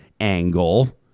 angle